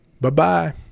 Bye-bye